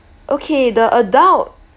okay the adult